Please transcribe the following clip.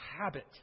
habit